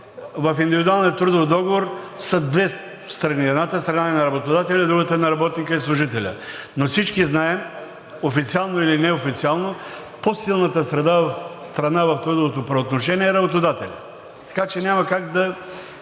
в индивидуалния трудов договор са две страни – едната страна е на работодателя, другата е на работника и служителя. Но всички знаем, официално или неофициално, по-силната страна в трудовото правоотношение е работодателят, така че няма как да